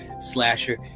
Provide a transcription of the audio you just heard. slasher